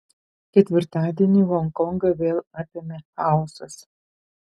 ketvirtadienį honkongą vėl apėmė chaosas